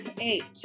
eight